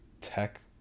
tech